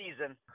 season